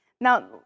Now